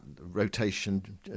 rotation